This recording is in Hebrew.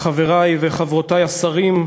חברי וחברותי השרים,